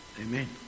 Amen